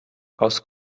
aus